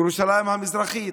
ירושלים המזרחית,